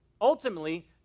ultimately